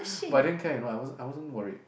but I didn't care at all I wasn't I wasn't worried